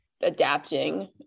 adapting